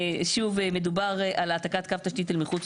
בעצם אנחנו ניכנס לדון שוב על הרביזיות בשעה 17:00,